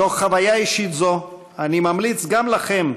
מתוך חוויה אישית זו אני ממליץ גם לכם,